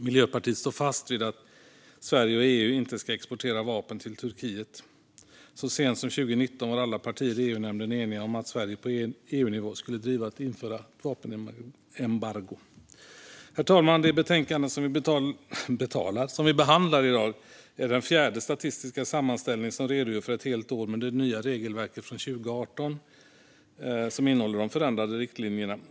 Miljöpartiet står fast vid att Sverige och EU inte ska exportera vapen till Turkiet. Så sent som 2019 var alla partier i EU-nämnden eniga om att Sverige på EU-nivå skulle driva att man inför vapenembargo. Herr talman! Det betänkande som vi behandlar i dag gäller den fjärde statistiska sammanställningen som redogör för ett helt år med det nya regelverket från 2018, som innehåller de förändrade riktlinjerna.